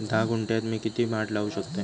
धा गुंठयात मी किती माड लावू शकतय?